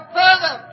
further